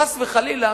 חס וחלילה,